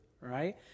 right